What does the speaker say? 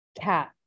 cat